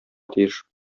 тиеш